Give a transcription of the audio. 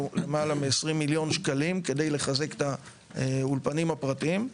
למעלה מ-20 מיליון שקלים כדי לחזק את האולפנים הפרטיים.